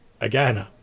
again